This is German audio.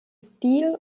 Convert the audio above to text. stil